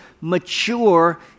mature